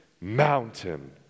mountain